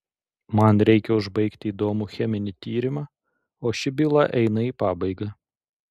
man reikia užbaigti įdomų cheminį tyrimą o ši byla eina į pabaigą